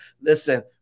Listen